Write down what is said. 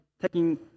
taking